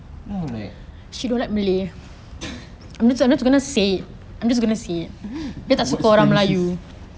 and the I was like what is supremacist